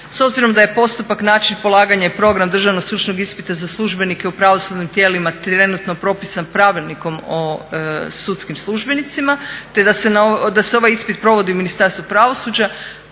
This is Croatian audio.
S obzirom da je postupak, način polaganja i program državnog stručnog ispita za službenike u pravosudnim tijelima trenutno propisan pravilnikom o sudskim službenicima, te da se ovaj ispit provodi u Ministarstvu pravosuđa